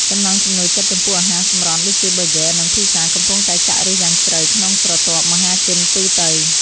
ចំណង់ចំណូលចិត្តចំពោះអាហារសម្រន់ដូចជាប៊ឺហ្គឺ និងភីហ្សាកំពុងតែចាក់ឫសយ៉ាងជ្រៅក្នុងស្រទាប់មហាជនទូទៅ។